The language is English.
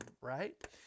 right